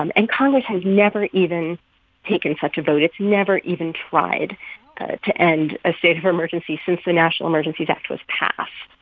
um and congress has never even taken such a vote. it's never even tried to end a state of emergency since the national emergencies act was passed.